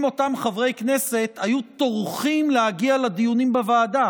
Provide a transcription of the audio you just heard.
אם אותם חברי כנסת היו טורחים להגיע לדיונים בוועדה,